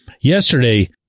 Yesterday